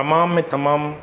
तमाम में तमामु